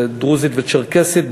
דרוזית וצ'רקסית,